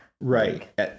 right